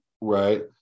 Right